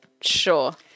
Sure